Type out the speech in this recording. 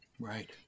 Right